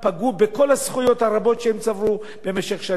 פגעו בכל הזכויות הרבות שהם צברו במשך שנים.